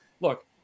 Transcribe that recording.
Look